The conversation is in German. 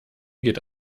geht